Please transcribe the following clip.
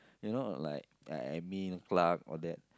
you know like uh admin clerk all that